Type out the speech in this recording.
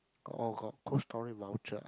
oh got Cold Storage voucher ah